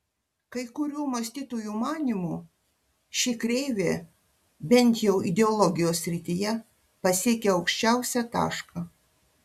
kai kurių mąstytojų manymu ši kreivė bent jau ideologijos srityje pasiekė aukščiausią tašką